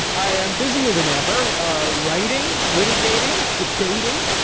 i am busier than ever writing, litigating, debating,